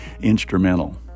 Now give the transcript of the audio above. instrumental